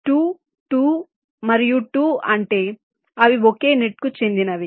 2 2 మరియు 2 అంటే అవి ఒకే నెట్కు చెందినవి